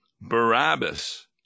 Barabbas